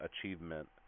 achievement